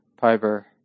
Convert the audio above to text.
Piper